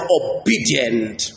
obedient